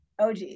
OG